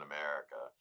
America